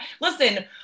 Listen